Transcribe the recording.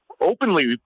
openly